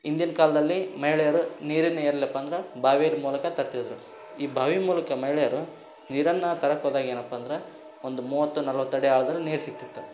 ಹಿಂದಿನ್ ಕಾಲದಲ್ಲಿ ಮಹಿಳೆಯರು ನೀರಿನ ಎಲ್ಲಪ್ಪ ಅಂದ್ರೆ ಬಾವಿಯ ಮೂಲಕ ತರುತ್ತದ್ರು ಈ ಬಾವಿ ಮೂಲಕ ಮಹಿಳೆಯರು ನೀರನ್ನು ತರೋಕೆ ಹೋದಾಗ ಏನಪ್ಪ ಅಂದ್ರೆ ಒಂದು ಮೂವತ್ತು ನಲವತ್ತು ಅಡಿ ಆಳ್ದಲ್ಲಿ ನೀರು ಸಿಕ್ತಿತ್ತ